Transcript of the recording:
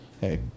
hey